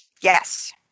Yes